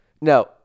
No